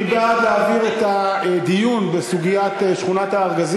מי בעד להעביר את הדיון בסוגיית שכונת-הארגזים,